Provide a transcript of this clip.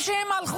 נשירה